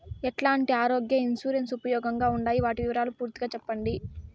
ఎట్లాంటి ఆరోగ్య ఇన్సూరెన్సు ఉపయోగం గా ఉండాయి వాటి వివరాలు పూర్తిగా సెప్పండి?